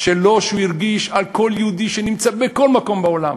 שלו שהוא הרגיש על כל יהודי שנמצא בכל מקום בעולם.